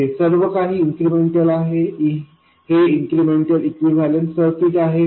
येथे सर्व काही इन्क्रिमेंटल आहे हे इन्क्रिमेंटल इक्विवलेंत सर्किट आहे